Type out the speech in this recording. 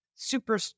Super